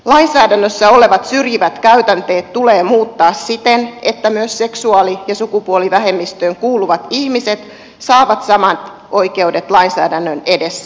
lainsäädännössä olevat syrjivät käytänteet tulee muuttaa siten että myös seksuaali ja sukupuolivähemmistöön kuuluvat ihmiset saavat samat oikeudet lainsäädännön edessä